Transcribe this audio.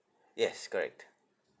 yes correct